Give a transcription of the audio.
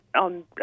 on